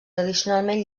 tradicionalment